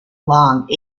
long